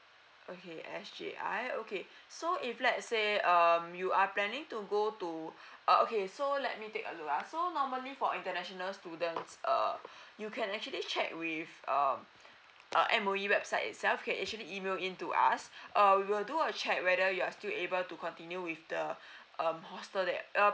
okay S_J_I okay so if let say um you are planning to go to uh okay so let me take a look ah so normally for international students err you can actually check with um uh M_O_E website itself you can actually email in to us uh we will do a check whether you are still able to continue with the um hostel that uh